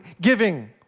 giving